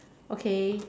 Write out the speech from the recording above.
okay